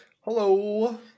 Hello